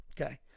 okay